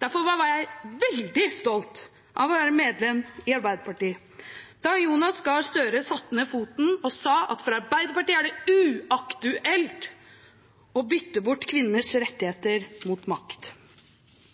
Derfor var jeg veldig stolt av å være medlem i Arbeiderpartiet da Jonas Gahr Støre satte ned foten og sa at for Arbeiderpartiet er det uaktuelt å bytte bort kvinners rettigheter mot makt.